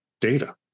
data